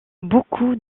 beaucoup